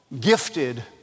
gifted